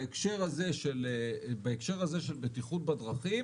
בהקשר הזה של בטיחות בדרכים,